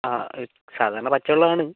ആ സാധാരണ പച്ചവെള്ളം ആണ്